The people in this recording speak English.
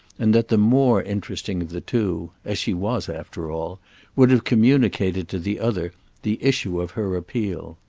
and that the more interesting of the two as she was after all would have communicated to the other the issue of her appeal.